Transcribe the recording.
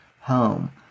home